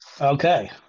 Okay